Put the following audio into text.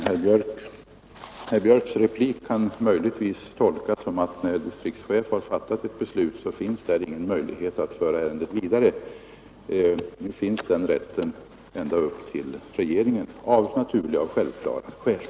Herr Björcks replik kan möjligtvis tolkas så, att när en distriktschef har fattat ett beslut finns det ingen möjlighet att föra frågan vidare. Av naturliga och självklara skäl finns emellertid rätten att gå ända upp till regeringen.